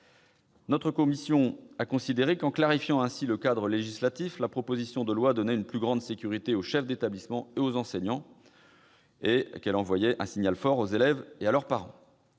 Notre commission a considéré que, en clarifiant ainsi le cadre législatif, la proposition de loi donnait une plus grande sécurité aux chefs d'établissement et aux enseignants et permettait d'envoyer un signal fort aux élèves et à leurs parents.